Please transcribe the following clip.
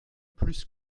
plus